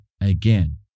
again